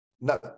No